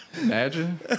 Imagine